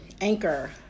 Anchor